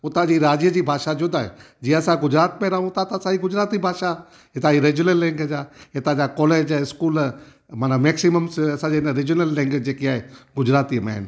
उतां जी राज्य जी भाषा जो उता जी जीअं असां गुजरात में रहूं था त असांजी गुजराती भाषा हितां जी रिजनल लैंग्वेज आहे हितां जा कॉलेज इस्कूल माना मैक्सिमम असांजे हिन रिजनल लैंग्वेज जेकी आहे गुजराती में